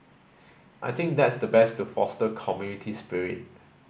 I think that's the best to foster community spirit